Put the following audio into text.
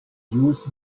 used